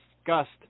discussed